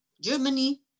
Germany